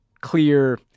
clear